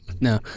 No